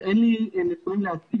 אז אין לי נתונים להציג.